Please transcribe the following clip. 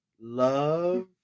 love